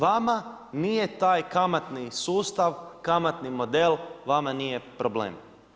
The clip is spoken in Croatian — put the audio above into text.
Vama nije taj kamatni sustav, kamatni model vama nije problem.